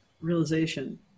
realization